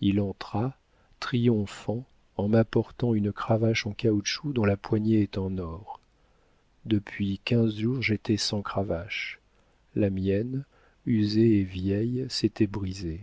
il entra triomphant en m'apportant une cravache en caoutchouc dont la poignée est en or depuis quinze jours j'étais sans cravache la mienne usée et vieille s'était brisée